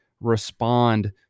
respond